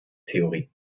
theorie